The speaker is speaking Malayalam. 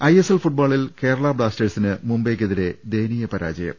ഐ എസ് എൽ ഫൂട്ബോളിൽ കേരള ബ്ലാസ്റ്റേഴ്സിന് മുംബൈ യ്ക്കെതിരെ ദയനീയ പരാജയം